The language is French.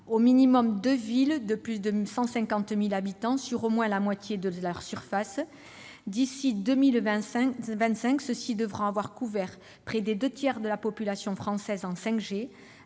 au minimum deux villes de plus de 150 000 habitants sur au moins la moitié de leur surface. D'ici à 2025, les opérateurs concernés devront avoir couvert près des deux tiers de la population française en 5G